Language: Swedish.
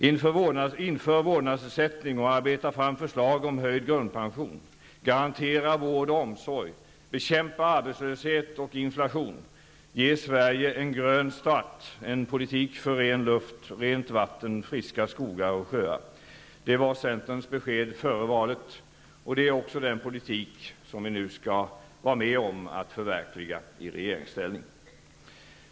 Att införa vårdnadsersättning och arbeta fram förslag om höjd grundpension, att garantera vård och omsorg, att bekämpa arbetslöshet och inflation samt att ge Sverige en grön start -- en politik för ren luft, rent vatten, friska skogar och sjöar -- det var centerns besked före valet. Det är också den politik som vi nu skall vara med om att förverkliga i regeringsställning.